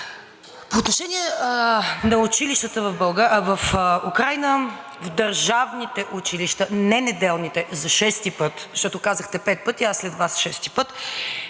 По отношение на училищата в Украйна. В държавните училища, не неделните – за шести път, защото казахте пет пъти, аз след Вас шести